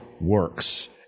works